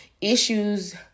issues